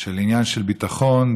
של עניין של ביטחון,